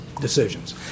decisions